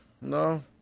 no